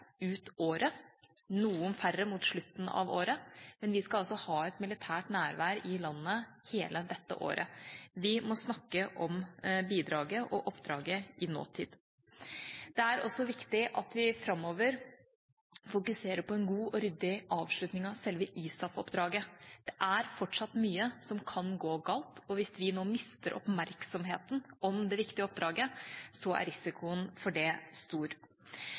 ut året – noen færre mot slutten av året, men vi skal altså ha et militært nærvær i landet hele dette året. Vi må snakke om bidraget og oppdraget i nåtid. Det er også viktig at vi framover fokuserer på en god og ryddig avslutning av selve ISAF-oppdraget. Det er fortsatt mye som kan gå galt, og hvis vi nå mister oppmerksomheten om det viktige oppdraget, er risikoen for det stor.